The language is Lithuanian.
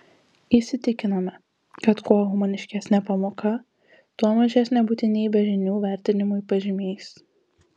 įsitikinome kad kuo humaniškesnė pamoka tuo mažesnė būtinybė žinių vertinimui pažymiais